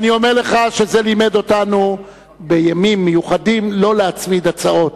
אני אומר לך שזה לימד אותנו בימים מיוחדים לא להצמיד הצעות.